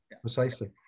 Precisely